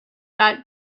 got